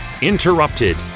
Interrupted